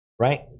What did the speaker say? right